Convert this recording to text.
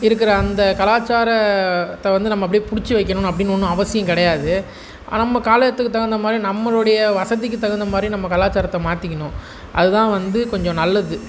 இருக்கிற அந்த கலாச்சாரத்தை வந்து நம்ம அப்டியே பிடிச்சு வைக்கணும் அப்படின்னு ஒன்றும் அவசியம் கிடையாது நம்ம காலத்துக்கு தகுந்த மாதிரி நம்மளுடைய வசதிக்கு தகுந்த மாதிரி நம்ம கலாச்சரத்தை மாற்றிக்கணும் அது தான் வந்து கொஞ்சம் நல்லது